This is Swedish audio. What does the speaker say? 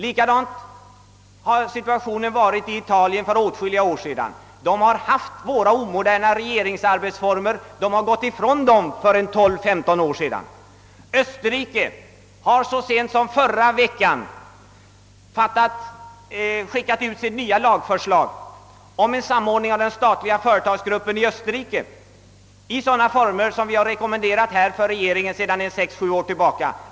Likadan har situationen varit i Italien för åtskilliga år sedan. Där har man haft våra omoderna regeringsarbetsformer. Man har gått ifrån dem för 12—15 år sedan. I Österrike har man så sent som förra veckan skickat ut ett nytt lagförslag om en samordning av den statliga företagsgruppen i sådana former som vi rekommenderat den svenska regeringen för 6—7 år sedan.